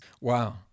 Wow